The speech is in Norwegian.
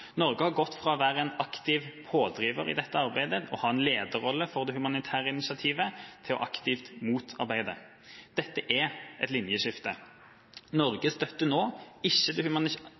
Norge har gått fra å være en aktiv pådriver i dette arbeidet og ha en lederrolle i det humanitære initiativet til aktivt å motarbeide det. Dette er et linjeskifte. Norge støtter nå ikke at det